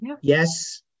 Yes